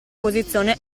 posizione